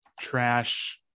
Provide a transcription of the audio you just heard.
trash